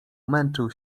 męczył